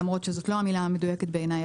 למרות שזאת לא המילה המדויקת בעיניי.